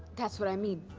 that's what i mean.